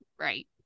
Right